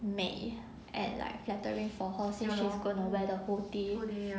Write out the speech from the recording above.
美 and like flattering for her cause she's going to wear the whole day